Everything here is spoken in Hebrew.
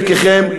חלקכם,